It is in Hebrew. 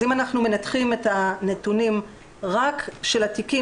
אם אנחנו מנתחים את הנתונים רק של התיקים